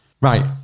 Right